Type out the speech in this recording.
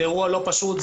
זה אירוע לא פשוט,